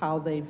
how they